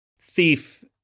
thief